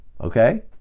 okay